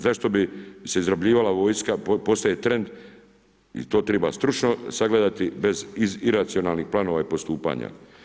Zašto bi se izrabljivala vojska, postaje trend i to treba stručno sagledati bez iracionalnih planova i postupanja.